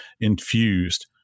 infused